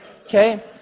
okay